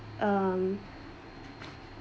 um